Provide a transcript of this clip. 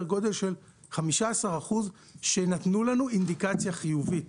גודל של 15% שנתנו לנו אינדיקציה חיובית.